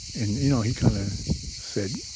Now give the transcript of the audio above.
and you know he kind of said,